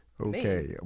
Okay